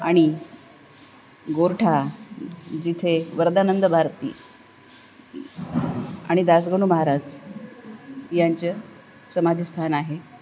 आणि गोरठा जिथे वरदानंद भारती आणि दासगणू महाराज यांचं समाधी स्थान आहे